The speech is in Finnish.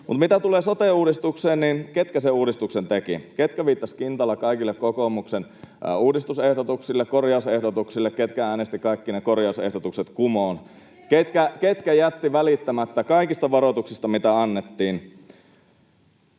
ei. Mitä tulee sote-uudistukseen, niin ketkä sen uudistuksen tekivät, ketkä viittasivat kintaalla kaikille kokoomuksen uudistusehdotuksille ja korjausehdotuksille, ketkä äänestivät kaikki ne korjausehdotukset kumoon, [Krista Kiurun välihuuto] ketkä jättivät välittämättä kaikista varoituksista, mitä annettiin?